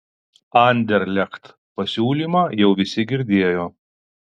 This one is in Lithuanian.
anderlecht pasiūlymą jau visi girdėjo